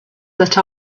that